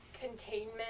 containment